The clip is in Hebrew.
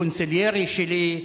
קונסיליירי שלי,